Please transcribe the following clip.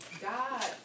God